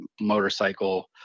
motorcycle